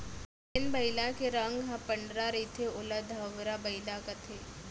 जेन बइला के रंग ह पंडरा रहिथे ओला धंवरा बइला कथें